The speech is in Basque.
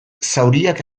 zauriak